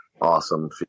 awesome